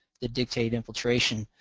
that dictate infiltration.